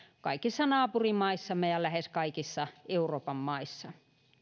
kaikissa naapurimaissamme ja lähes kaikissa euroopan maissa